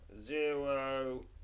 Zero